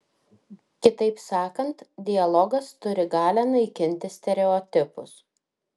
kitaip sakant dialogas turi galią naikinti stereotipus